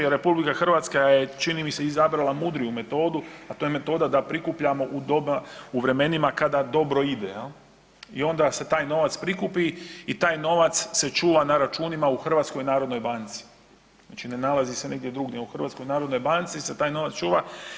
I RH je čini mi se izabrala mudriju metodu, a to je metoda da prikupljamo u vremenima kada dobro ide i onda se taj novac prikupi i taj novac se čuva na računima u HNB-u, znači ne nalazi se nigdje drugdje nego u HNB se taj novac čuva.